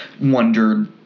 wondered